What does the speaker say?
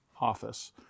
office